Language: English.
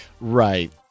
right